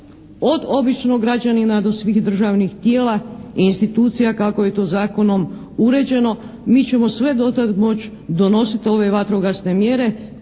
Od običnog građanina do svih državnih tijela i institucija, kako je to zakonom uređeno. Mi ćemo sve do tad donositi ove vatrogasne mjere